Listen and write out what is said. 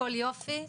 הכול יופי,